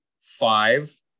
five